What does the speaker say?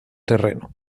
terreno